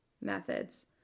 methods